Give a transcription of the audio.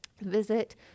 visit